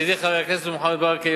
ידידי חבר הכנסת מוחמד ברכה,